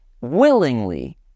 willingly